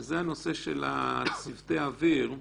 וזה הנושא של צוותי האוויר,